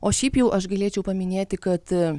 o šiaip jau aš galėčiau paminėti kad